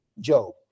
Job